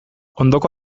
ondoko